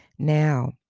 Now